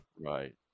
Right